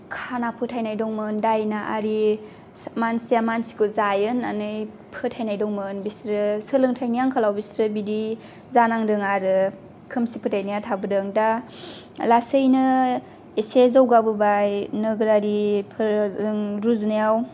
खाना फोथायनाय दंमोन दायना आरि मानसिया मानसिखौ जायो होननानै फोथायनाय दंमोन बिसोरो सोलोंथाइनि आंखालाव बिसोरो बिदि जानांदों आरो खोमसि फोथायनाया थाबोदों दा लासैनो एसे जौगाबोबाय नोगोरारिफोरजों रुजुनायाव